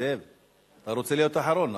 למה אחרון?